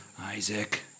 Isaac